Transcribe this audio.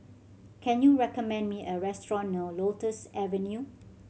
can you recommend me a restaurant near Lotus Avenue